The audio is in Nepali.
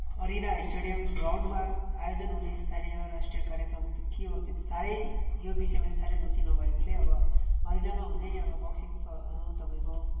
अरिना स्टेडियम ग्राउन्डमा आयोजन हुने स्थानीय राष्ट्रिय कार्यक्रमहरू त के हो त्यो साह्रै यो विषयमा चाहिँ साह्रै रुचि नभएकोले अब अरिनामा हुने अब बक्सिङ्सहरू तपाईँको